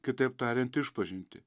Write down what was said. kitaip tariant išpažintį